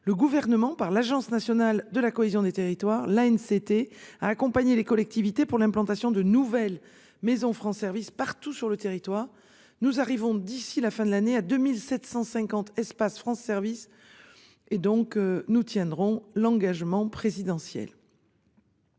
Le gouvernement par l'Agence nationale de la cohésion des territoires la c'était à accompagner les collectivités pour l'implantation de nouvelles maison France Service partout sur le territoire. Nous arrivons d'ici la fin de l'année à 2750 espace France service. Et donc nous tiendrons l'engagement présidentiel.